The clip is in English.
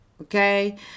Okay